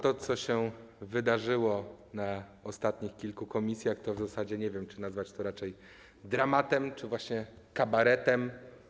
To, co się wydarzyło na ostatnich kilku posiedzeniach komisji, to w zasadzie nie wiem, czy nazwać raczej dramatem czy właśnie kabaretem.